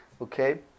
Okay